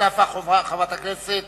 חברת הכנסת